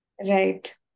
Right